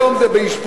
היום זה באשפוז,